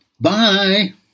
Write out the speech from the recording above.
Bye